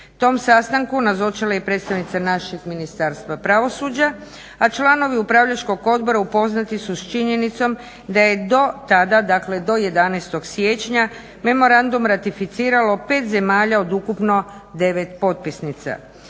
Tom sastanku nazočila je predstavnica naših Ministarstva pravosuđa, a članovi upravljačkog odbora upoznati su s činjenicom da je do tada dakle do 11.siječnja memorandum ratificiralo 5 zemalja od ukupno 9 potpisnica.